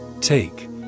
Take